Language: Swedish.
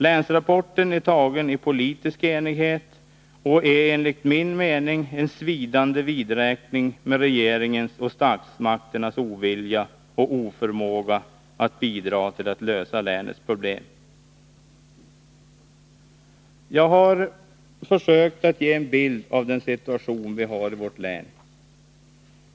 Länsrapporten är tagen i politisk enighet och är enligt min mening en svidande vidräkning med regeringens och statsmakternas ovilja och oförmåga att bidra till att lösa länets problem. Jag har försökt att ge en bild av situationen i vårt län.